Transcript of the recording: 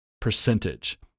percentage